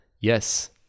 Yes